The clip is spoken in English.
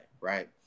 right